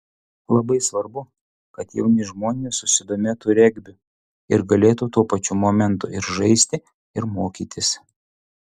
labai svarbu kad jauni žmonės susidomėtų regbiu ir galėtų tuo pačiu momentu ir žaisti ir mokytis